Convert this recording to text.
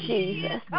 Jesus